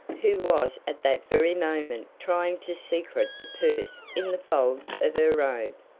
who was at that very moment trying to secret the purse in the folds of her robe.